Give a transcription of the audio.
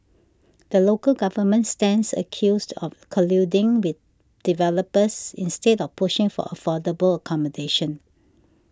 the local government stands accused of colluding with developers instead of pushing for affordable accommodation